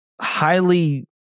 highly